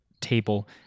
table